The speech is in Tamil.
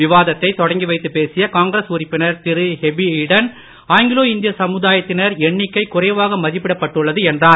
விவாதத்தை தொடங்கி வைத்துப் பேசிய காங்கிரஸ் உறுப்பினர் திரு ஹிபி ஈடன் ஆங்கிலோ இந்திய சமுதாயத்தினர் எண்ணிக்கை குறைவாக மதிப்பிடப்பட்டுள்ளது என்றார்